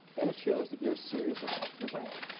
and it shows that you're serious about your brand.